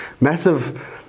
massive